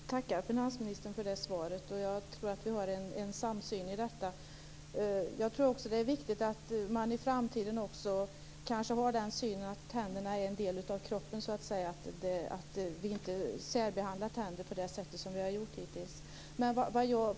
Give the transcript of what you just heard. Fru talman! Jag tackar finansministern för svaret. Jag tror att vi har en samsyn i denna fråga. Det är också viktigt att i framtiden ha uppfattningen att tänder är en del av kroppen. Tänder skall inte särbehandlas på det sätt som hittills har skett.